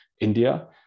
India